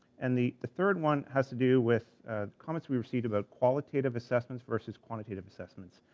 and the third one has to do with comments we received about qualitative assessments versus quantitative assessments.